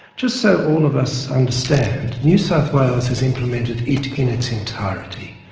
just so all of us understand, new south wales has implemented it in its entirety.